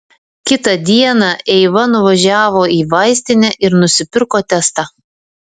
kitą dieną eiva nuvažiavo į vaistinę ir nusipirko testą